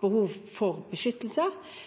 behov for beskyttelse.